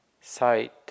sight